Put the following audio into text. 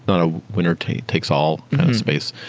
not a winner-takes-all space.